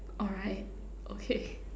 alright okay